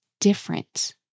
different